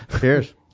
Cheers